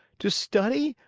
to study,